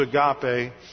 agape